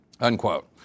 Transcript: Unquote